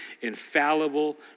infallible